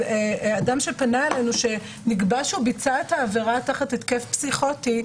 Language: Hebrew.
אדם שפנה אלינו שנקבע שהוא ביצע את העבירה תחת התקף פסיכוטי,